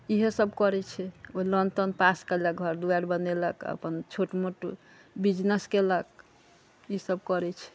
इहे सब करै छै ओ लोन तोन पास कयलक घर दुवारि बनेलक अपन छोट मोट बिजनेस कयलक इसब करै छै